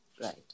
Right